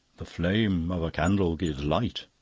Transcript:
the flame of a candle gives light,